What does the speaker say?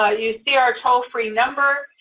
ah you see our toll-free number,